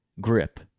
grip